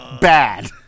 bad